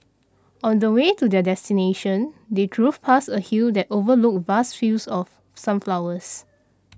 on the way to their destination they drove past a hill that overlooked vast fields of sunflowers